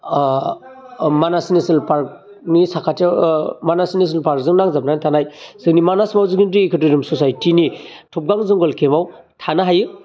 मानास national पार्कनि साखाथियाव Manas national पार्कजों नांजाबनानै थानाय जोंनि मानास मावजिगेन्द्रि ओकादोजम सचाइटिनि थबगां जंगल केम्पआव थानो हायो